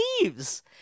leaves